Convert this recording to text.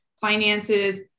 finances